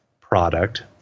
product